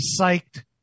psyched